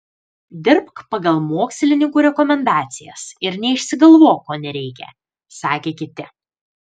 dirbk pagal mokslininkų rekomendacijas ir neišsigalvok ko nereikia sakė kiti